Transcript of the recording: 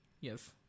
Yes